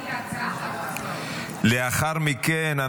לאחר מכן,